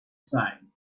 sighed